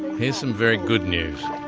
here's some very good news.